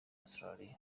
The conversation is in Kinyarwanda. australia